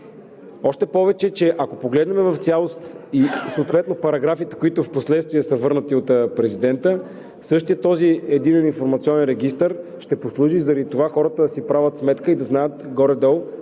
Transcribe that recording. Още повече ако погледнем в цялост и съответно параграфите, които впоследствие са върнати от президента, същият Единен информационен регистър ще послужи заради това хората да си правят сметка и да знаят горе-долу